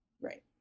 Right